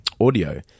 audio